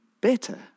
better